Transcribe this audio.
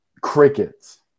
crickets